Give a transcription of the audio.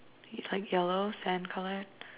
he like yellow sand colour